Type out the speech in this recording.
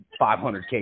500k